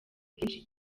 bwinshi